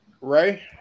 Ray